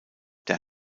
der